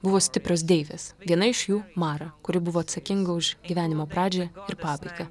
buvo stiprios deivės viena iš jų mara kuri buvo atsakinga už gyvenimo pradžią ir pabaigą